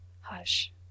Hush